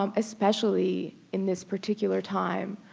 um especially in this particular time,